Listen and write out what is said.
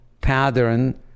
pattern